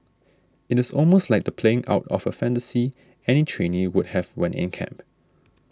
it is almost like the playing out of a fantasy any trainee would have when in camp